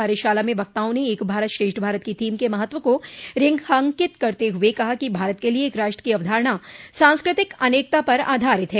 कार्यशाला में वक्ताओं ने एक भारत श्रेष्ठ भारत की थीम के महत्व को रेखांकित करते हुए कहा कि भारत के लिये एक राष्ट्र की अवधारणा सांस्कृतिक अनेकता पर आधारित है